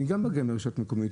אני גם מגיע מהרשויות המקומיות,